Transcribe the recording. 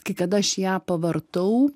kai kada aš ją pavartau